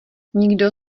nikdo